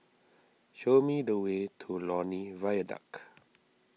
show me the way to Lornie Viaduct